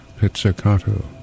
Pizzicato